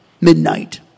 Midnight